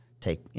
take